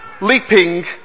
Leaping